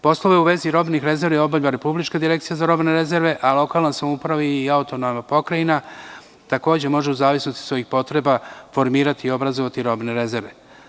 Poslove u vezi robnih rezervi obavlja Republička direkcija za robne rezerve, a lokalna samouprava i autonomna pokrajina takođe može, u zavisnosti od svojih potreba, formirati i obrazovati robne rezerve.